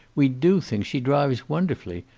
we do think she drives wonderfully.